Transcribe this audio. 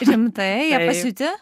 rimtai jie pasiūti